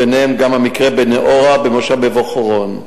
ביניהם גם המקרה בנהורה ובמושב מבוא-חורון.